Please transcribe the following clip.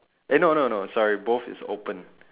eh no no no sorry both is open